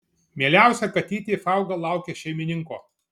mieliausia katytė fauga laukia šeimininko